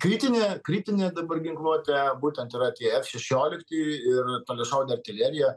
kritinė kritinė dabar ginkluotė būtent yra tie f šešiolikti ir toliašaudė artilerija